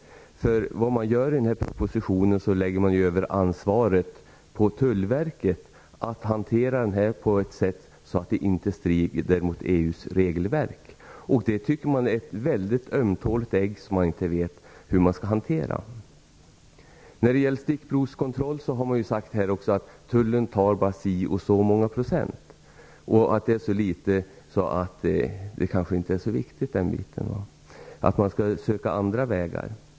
I propositionen lägger man över ansvaret att hantera verksamheten på ett sätt så att den inte strider mot EU:s regelverk på Tullverket. Det är ett väldigt ömtåligt ägg som man inte vet hur man skall hantera. När det gäller stickprovskontroll har det sagts att Tullen bara tar si och så många procent och att det är så litet så att den biten kanske inte är så viktig. Man skall söka andra vägar.